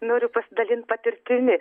noriu pasidalint patirtimi